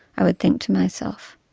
i would think to myself.